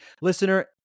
Listener